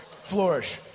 flourish